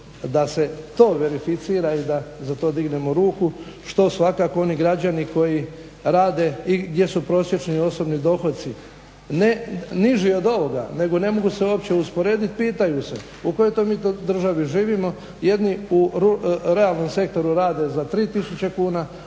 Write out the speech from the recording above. da se to verificira i da za to dignemo ruku što svakako oni građani koji rade i gdje su prosječni osobni dohoci ne niži od ovoga nego ne mogu se uopće usporediti, pitaju se u kojoj mi to državi živimo? Jedeni u realnom sektoru rade za 3 tisuće kuna,